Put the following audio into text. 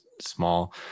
small